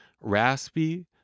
raspy